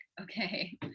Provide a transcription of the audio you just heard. okay